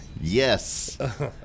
Yes